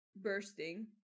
bursting